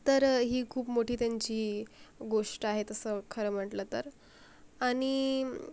तर ही खूप मोठी त्यांची गोष्ट आहे तसं खरं म्हटलं तर आणि